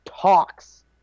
talks